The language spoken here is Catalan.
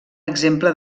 exemple